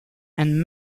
and